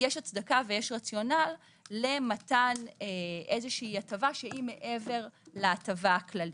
יש הצדקה ורציונל למתן איזו הטבה שהיא מעבר להטבה הכללית.